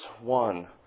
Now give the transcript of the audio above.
one